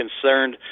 concerned